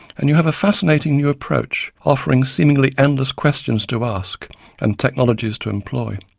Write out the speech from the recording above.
and you have a fascinating new approach offering seemingly endless questions to ask and technologies to employ,